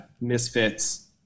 misfits